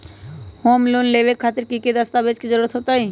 Home loan लेबे खातिर की की दस्तावेज के जरूरत होतई?